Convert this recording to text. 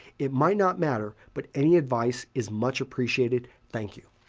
it might not matter, but any advice is much appreciated. thank you.